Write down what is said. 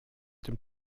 dem